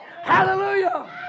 Hallelujah